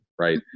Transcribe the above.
Right